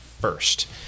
first